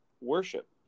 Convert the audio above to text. worship